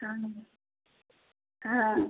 हाँ हाँ